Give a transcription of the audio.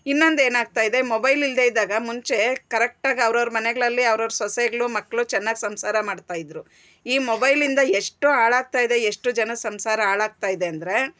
ಇನ್ನೊಂದು ಏನು ಆಗ್ತಾ ಇದೆ ಮೊಬೈಲ್ ಇಲ್ದೆ ಇದ್ದಾಗ ಮುಂಚೆ ಕರೆಕ್ಟಾಗಿ ಅವ್ರ ಅವ್ರ ಮನೆಗಳಲ್ಲಿ ಅವ್ರ ಅವ್ರ ಸೊಸೆಗಳು ಮಕ್ಳು ಚೆನ್ನಾಗಿ ಸಂಸಾರ ಮಾಡ್ತಾ ಇದ್ರು ಈ ಮೊಬೈಲಿಂದ ಎಷ್ಟು ಹಾಳು ಆಗ್ತಾ ಇದೆ ಎಷ್ಟು ಜನ ಸಂಸಾರ ಹಾಳಾಗ್ತಾ ಇದೆ ಅಂದ್ರೆ